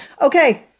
Okay